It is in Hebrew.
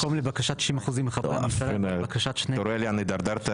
אתה רואה לאן הידרדרת?